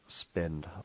spend